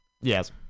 Yes